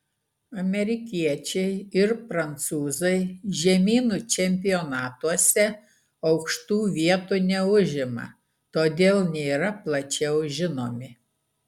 amerikiečiai ir prancūzai žemynų čempionatuose aukštų vietų neužima todėl nėra plačiau žinomi